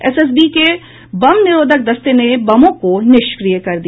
SSB के बम निरोधक दस्ते ने बमों को निष्क्रिय कर दिया